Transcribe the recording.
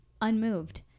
unmoved